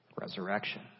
Resurrection